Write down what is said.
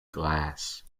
glass